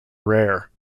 rare